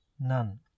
None